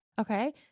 Okay